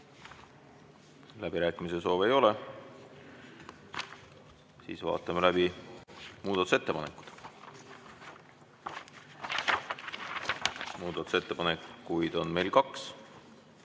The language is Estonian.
Läbirääkimiste soovi ei ole, vaatame läbi muudatusettepanekud. Muudatusettepanekuid on meil kaks,